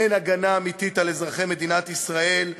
אין הגנה אמיתית על אזרחי מדינת ישראל.